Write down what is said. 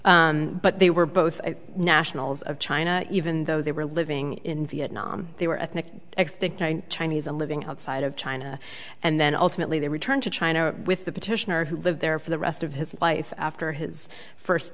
point but they were both nationals of china even though they were living in vietnam they were ethnic chinese and living outside of china and then ultimately they returned to china with the petitioner who lived there for the rest of his life after his first